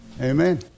Amen